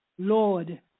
Lord